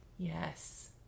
Yes